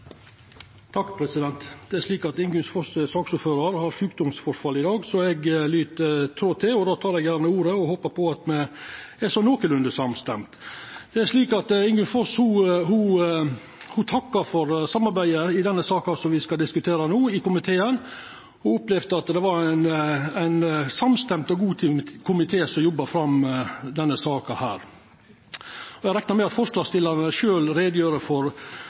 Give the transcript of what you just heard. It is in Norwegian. eg lyt trå til. Eg tek gjerne ordet og håpar at me er sånn nokolunde samstemde. Ingunn Foss takkar for samarbeidet i komiteen om den saka som me skal diskutera no. Ho opplevde det slik at det var ein samstemd og god komité som jobba fram denne saka. Eg reknar med at forslagsstillarane sjølve gjer greie for